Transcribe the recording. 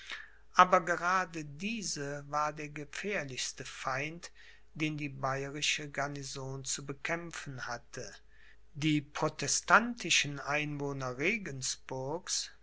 aber gerade diese war der gefährlichste feind den die bayerische garnison zu bekämpfen hatte die protestantischen einwohner regensburgs